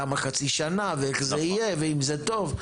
למה חצי שנה ואיך זה יהיה ואם זה טוב?